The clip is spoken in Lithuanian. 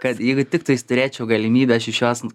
kad jeigu tiktais turėčiau galimybę aš iš jos